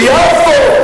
ביפו.